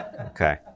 Okay